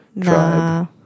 Tribe